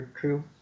true